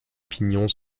pignon